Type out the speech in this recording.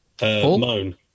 moan